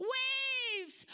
waves